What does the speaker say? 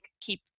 keep